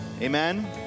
Amen